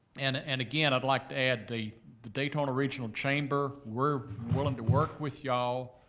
and and again, i'd like to add the the daytona regional chamber, we're willing to work with y'all,